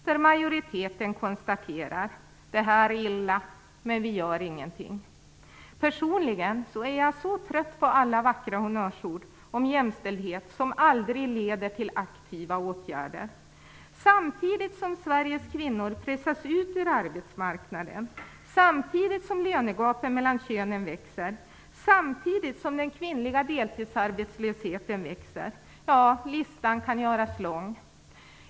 Majoriteten konstaterar: Det här är illa, men vi gör ingenting. Personligen är jag så trött på alla vackra honnörsord om jämställdhet som aldrig leder till aktiva åtgärder. Samtidigt pressas Sveriges kvinnor ut ur arbetsmarknaden, samtidigt växer lönegapen mellan könen, samtidigt växer den kvinnliga deltidsarbetslösheten. Ja, listan kan göras lång.